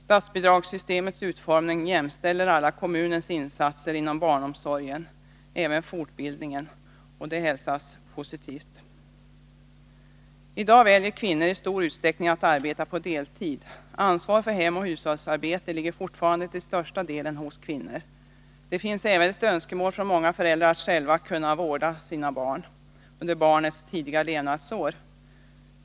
Statsbidragssystemets utformning jämställer alla kommunens insatser inom barnomsorgen, även fortbildningen, och det är positivt. I dag väljer kvinnor i stor utsträckning att arbeta på deltid. Ansvar för hem och hushållsarbete ligger fortfarande till största delen hos kvinnor. Det finns även ett önskemål från många föräldrar att själva kunna vårda sina barn under barnens tidiga levnadsår.